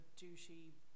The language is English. douchey